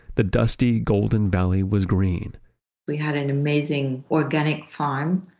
the dusty golden valley was green we had an amazing organic farm